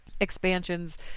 expansions